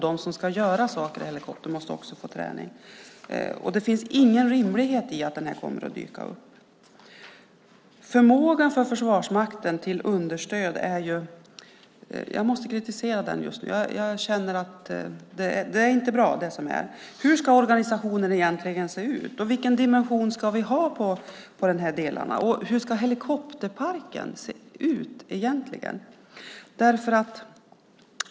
De som ska göra saker i helikoptern måste också få träning. Det finns ingen rimlighet att den kommer att dyka upp. Försvarsmaktens förmåga till understöd måste jag kritisera just nu. Det är inte bra det som är. Hur ska organisationen egentligen se ut? Vilken dimension ska vi ha på de här delarna? Och hur ska helikopterparken se ut egentligen?